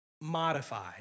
modified